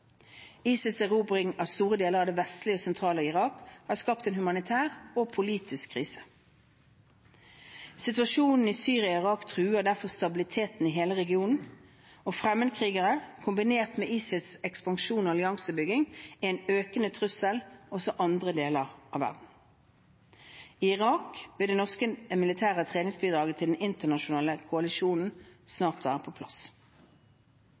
erobring av store deler av det vestlige og sentrale Irak har skapt en humanitær og politisk krise. Situasjonen i Syria og Irak truer derfor stabiliteten i hele regionen. Fremmedkrigere, kombinert med ISILs ekspansjon og alliansebygging, er en økende trussel, også i andre deler av verden. I Irak vil det norske militære treningsbidraget til den internasjonale koalisjonen snart være på plass.